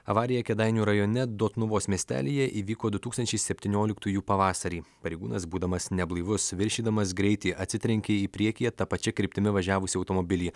avarija kėdainių rajone dotnuvos miestelyje įvyko du tūkstančiai septynioliktųjų pavasarį pareigūnas būdamas neblaivus viršydamas greitį atsitrenkė į priekyje ta pačia kryptimi važiavusį automobilį